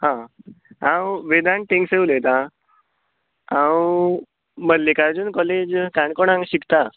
आं हांव वेदांत टेंगसे उलयता हांव मल्लिकार्जून काॅलेज काणकोण हांगा शिकता